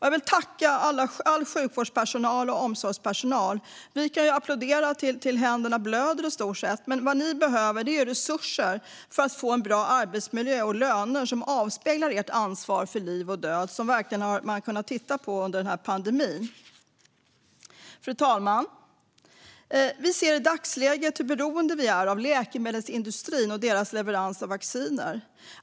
Jag vill tacka all sjukvårdspersonal och omsorgspersonal. Vi kan applådera tills händerna blöder, men vad ni behöver är resurser för att få en bra arbetsmiljö och löner som avspeglar ert ansvar för liv och död, vilket man verkligen har kunnat se under den här pandemin. Fru talman! Vi ser i dagsläget hur beroende vi är av läkemedelsindustrin och deras leverans av vacciner.